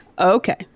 Okay